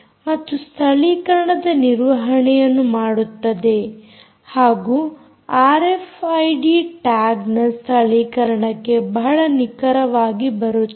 ಮತ್ತು ಸ್ಥಳೀಕರಣದ ನಿರ್ವಹಣೆಯನ್ನು ಮಾಡುತ್ತದೆ ಹಾಗೂ ಆರ್ಎಫ್ಐಡಿ ಟ್ಯಾಗ್ನ ಸ್ಥಳೀಕರಣಕ್ಕೆ ಬಹಳ ನಿಖರವಾಗಿ ಬರುತ್ತದೆ